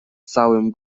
całym